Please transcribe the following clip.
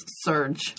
surge